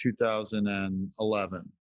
2011